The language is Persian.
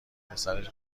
پسرش